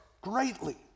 greatly